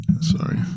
Sorry